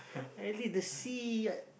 I read the sea I